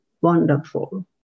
wonderful